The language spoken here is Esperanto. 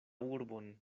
urbon